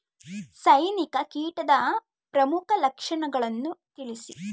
ಸೈನಿಕ ಕೀಟದ ಪ್ರಮುಖ ಲಕ್ಷಣಗಳನ್ನು ತಿಳಿಸಿ?